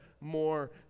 more